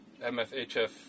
MFHF